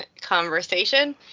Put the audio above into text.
conversation